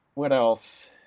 what else?